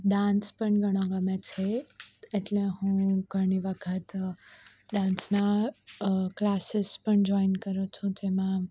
dance પણ ઘણો ગમે છે એટલે હું ઘણી વખત ડાન્સના ક્લાસિસ પણ જોઇન કરું છું જેમાં